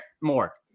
more